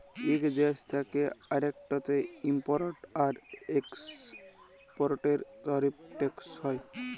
ইক দ্যেশ থ্যাকে আরেকটতে ইমপরট আর একেসপরটের তারিফ টেকস হ্যয়